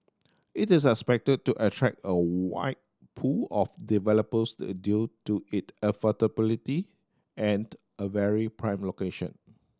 it is expected to attract a wide pool of developers due to it affordability and a very prime location